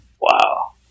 wow